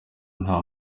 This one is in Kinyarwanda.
nta